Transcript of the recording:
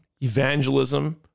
evangelism